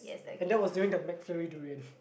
and that was during the McFlurry durian